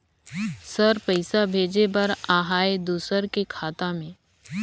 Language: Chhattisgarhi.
सर पइसा भेजे बर आहाय दुसर के खाता मे?